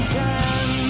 time